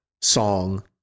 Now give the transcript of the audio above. song